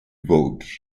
votes